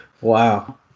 Wow